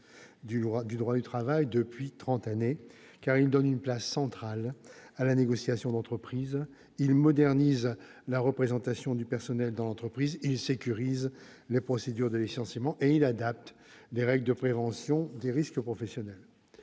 du droit du travail sans précédent depuis trente ans, car il donne une place centrale à la négociation d'entreprise, il modernise la représentation du personnel dans l'entreprise, il sécurise les procédures de licenciement et il adapte les règles de prévention des risques professionnels.